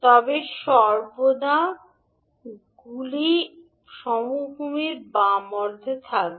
তবে সর্বদা গুলি সমভূমির বাম অর্ধে থাকবে